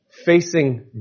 Facing